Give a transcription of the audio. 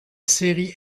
série